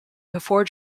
before